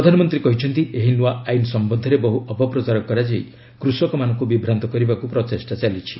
ପ୍ରଧାନମନ୍ତ୍ରୀ କହିଛନ୍ତି ଏହି ନୃଆ ଆଇନ ସମ୍ଭନ୍ଧରେ ବହୁ ଅପପ୍ରଚାର କରାଯାଇ କୃଷକମାନଙ୍କୁ ବିଭ୍ରାନ୍ତ କରିବାକୁ ପ୍ରଚେଷ୍ଟା ଚାଲିଛି